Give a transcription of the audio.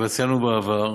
וכבר ציינו בעבר,